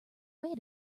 way